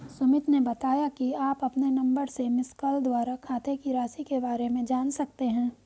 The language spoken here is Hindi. सुमित ने बताया कि आप अपने नंबर से मिसकॉल द्वारा खाते की राशि के बारे में जान सकते हैं